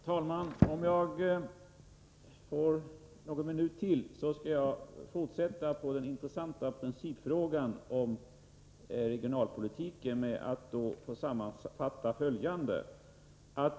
Herr talman! Om jag får ytterligare någon minut till förfogande skall jag fortsätta mitt inlägg i den intressanta principfrågan om regionalpolitiken med att sammanfatta följande.